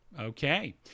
Okay